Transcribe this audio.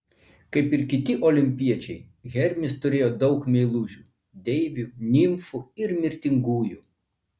kaip ir kiti olimpiečiai hermis turėjo daug meilužių deivių nimfų ir mirtingųjų